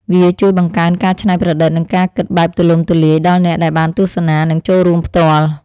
វាជួយបង្កើនការច្នៃប្រឌិត និងការគិតបែបទូលំទូលាយដល់អ្នកដែលបានទស្សនា និងចូលរួមផ្ទាល់។